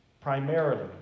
primarily